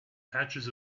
patches